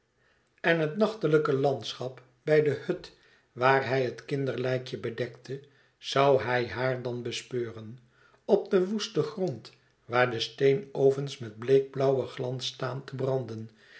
en het nachtelijke landschap bij de hut waar hij het kinderlijkje bedekte zou hij haar dan daar bespeuren op den woesten grond waar de steenovens met bleek blauwen glans staan te branden